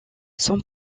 son